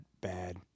bad